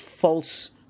false